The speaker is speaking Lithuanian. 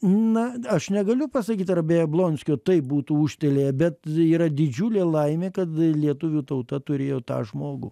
na aš negaliu pasakyt ar be jablonskio taip būtų ūžtelėję bet yra didžiulė laimė kad lietuvių tauta turėjo tą žmogų